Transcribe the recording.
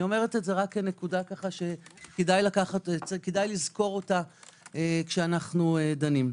זו נקודה שכדאי לזכור אותה כשדנים.